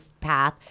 path